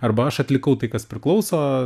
arba aš atlikau tai kas priklauso